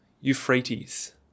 euphrates